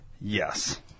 Yes